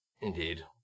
Indeed